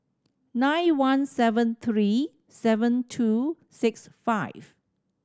nine one seven three seven two six five